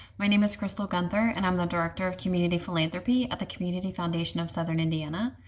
my name is crystal gunther, and i'm the director of community philanthropy at the community foundation of southern indiana.